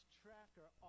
tracker